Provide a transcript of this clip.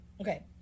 okay